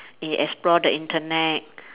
e~ explore the internet